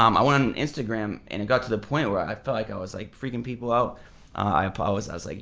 um i went on instagram and it got to the point where i feel like i was like freaking people out i pause i was like